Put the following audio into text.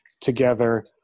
together